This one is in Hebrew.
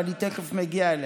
ואני תכף מגיע אליה.